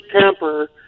temper